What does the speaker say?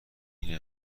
این